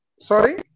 Sorry